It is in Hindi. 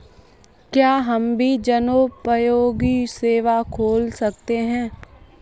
क्या हम भी जनोपयोगी सेवा खोल सकते हैं?